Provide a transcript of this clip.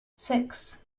six